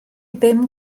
ddim